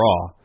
Raw